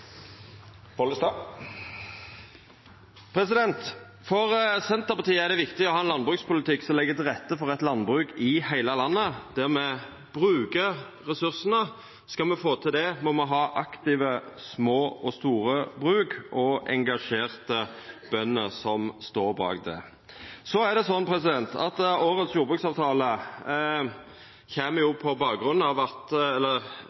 avslutta. For Senterpartiet er det viktig å ha ein landbrukspolitikk som legg til rette for eit landbruk i heile landet, der me bruker ressursane. Skal me få til det, må me ha aktive små og store bruk og engasjerte bønder som står bak dei. Bakteppet for årets jordbruksavtale